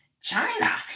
China